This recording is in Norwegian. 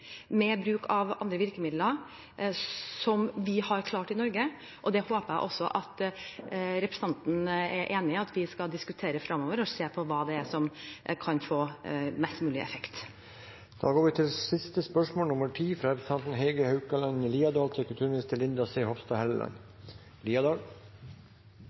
med bruk av andre virkemidler. Det har vi klart i Norge, og det håper jeg representanten er enig i at vi skal diskutere fremover og se på hva som kan ha mest mulig effekt. Jeg tillater meg å stille følgende spørsmål til kulturministeren: «Tirsdag 10. januar 2017 la Festivalutvalget fram sin innstilling til